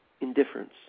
indifference